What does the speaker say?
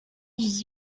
dix